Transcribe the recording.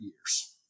years